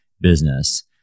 business